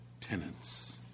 tenants